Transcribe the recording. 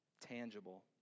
tangible